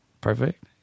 perfect